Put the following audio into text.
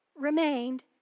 remained